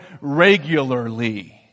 regularly